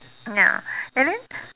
ya and then